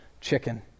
chicken